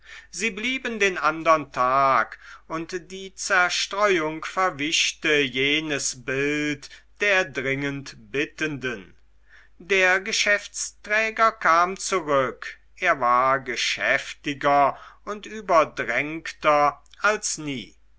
sie blieben den andern tag und die zerstreuung verwischte jenes bild der dringend bittenden der geschäftsträger kam zurück er war geschäftiger und überdrängter als nie